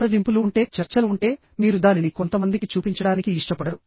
సంప్రదింపులు ఉంటే చర్చలు ఉంటే మీరు దానిని కొంతమందికి చూపించడానికి ఇష్టపడరు